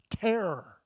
terror